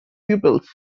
pupils